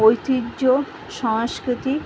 ঐতিহ্য সংস্কৃতর